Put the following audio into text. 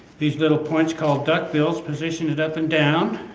these little points called duckbills position it up and down